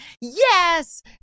yes